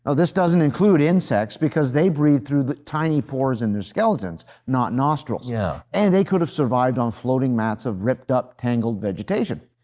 ah this doesn't include insects because they breathe through tiny pores in their skeletons, not nostrils, yeah and they could have survived on floating mats of ripped up, tangled vegetation.